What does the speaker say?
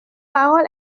parole